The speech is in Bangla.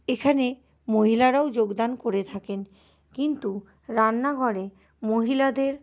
এখানে মহিলারাও যোগদান করে থাকেন কিন্তু রান্নাঘরে মহিলাদের